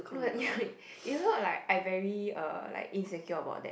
no like you know like I very uh like insecure about that